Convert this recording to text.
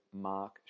Mark